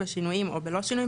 בשינויים או בלא שינויים,